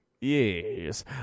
yes